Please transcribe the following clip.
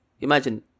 Imagine